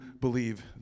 believe